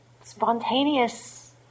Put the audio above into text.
spontaneous